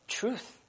truth